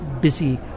busy